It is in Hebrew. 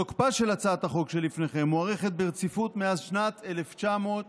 תוקפה של הצעת החוק שלפניכם מוארך ברציפות מאז שנת 1967,